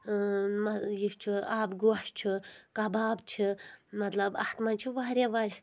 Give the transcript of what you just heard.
یہِ یہِ چھُ آبہٕ گۄش چھُ کَباب چھِ مَطلب اَتھ منٛز چھِ واریاہ وجہ